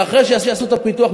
ואחרי שיעשו את הפיתוח,